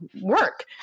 work